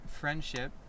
friendship